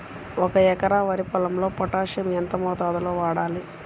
ఒక ఎకరా వరి పొలంలో పోటాషియం ఎంత మోతాదులో వాడాలి?